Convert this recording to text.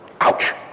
Ouch